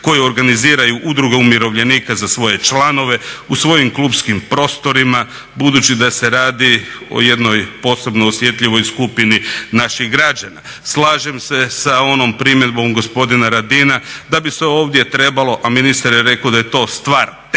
koje organiziraju udruge umirovljenika za svoje članove, u svojim klupskim prostorima budući da se radi o jednoj posebno osjetljivoj skupini naših građana. Slažem se sa onom primjedbom gospodina Radina da bi se ovdje trebalo, a ministar je rekao da je to stvar tehnike